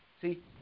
See